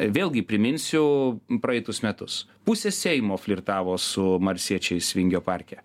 vėlgi priminsiu praeitus metus pusė seimo flirtavo su marsiečiais vingio parke